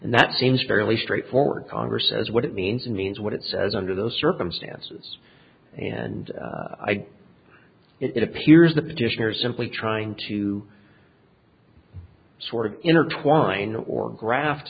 and that seems fairly straightforward congress as what it means and means what it says under those circumstances and it appears the petitioners simply trying to sort of intertwine or graft